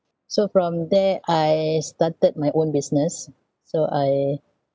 so from there I started my own business so I